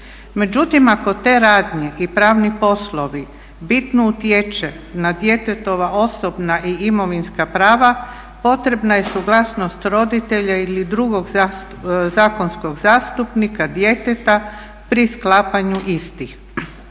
Međutim ako te radnje i pravni poslovi bitno utječe na djetetova osobna i imovinska prava, potrebna je suglasnost roditelja ili drugoga zakonskog zastupnika djeteta pri sklapanju istih.